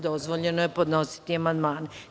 Dozvoljeno je podnositi amandmane.